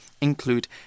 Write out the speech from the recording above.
include